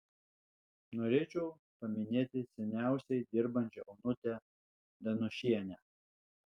norėčiau paminėti seniausiai dirbančią onutę daniušienę